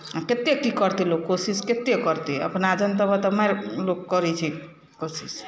कते की करतै लोक कोशिश केते करतै अपना जनतवऽ तऽ माइर लोक करय छै कोशिश